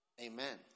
Amen